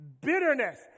bitterness